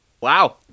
Wow